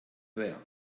there